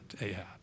Ahab